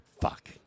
Fuck